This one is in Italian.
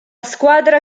squadra